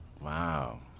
Wow